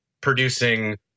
producing